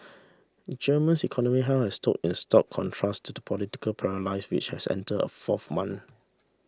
Germany's economy health has stood in stark contrast to the political paralysis which has enter a fourth month